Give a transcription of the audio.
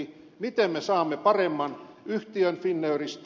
miten me saamme paremman yhtiön finnairista